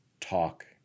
talk